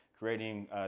Creating